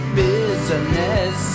business